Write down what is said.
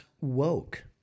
woke